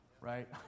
right